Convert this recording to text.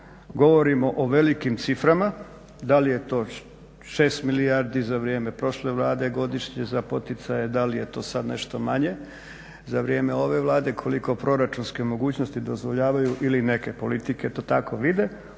govorimo o velikim ciframa. Da li je to 6 milijardi za vrijeme prošle Vlade godišnje za poticaje, da li je to sad nešto manje za vrijeme ove Vlade koliko proračunske mogućnosti dozvoljavaju ili neke politike to tako vide.